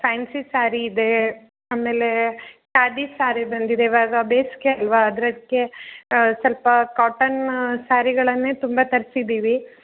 fancy sari ಇದೆ ಆಮೇಲೆ ಖಾದಿ ಸಾರಿ ಬಂದಿದೆ ಇವಾಗ ಬೇಸಿಗೆ ಅಲ್ವ ಅದಕ್ಕೆ ಸ್ವಲ್ಪ ಕಾಟನ್ ಸ್ಯಾರಿಗಳನ್ನೇ ತುಂಬ ತರಿಸಿದ್ದೀವಿ